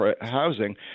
Housing